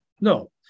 No